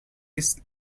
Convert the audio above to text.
this